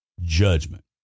judgment